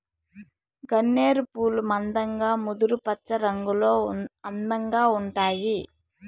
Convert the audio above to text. గన్నేరు పూలు మందంగా ముదురు పచ్చరంగులో అందంగా ఉంటాయి